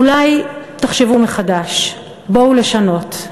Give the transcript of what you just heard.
אולי תחשבו מחדש, בואו לשנות.